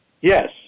Yes